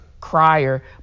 crier